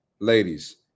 ladies